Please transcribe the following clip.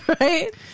Right